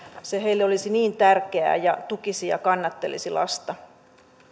se heille olisi niin tärkeää ja tukisi ja kannattelisi lasta